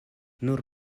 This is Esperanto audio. nur